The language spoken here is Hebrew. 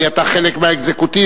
כי אתה חלק מהאקזקוטיבה,